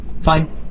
Fine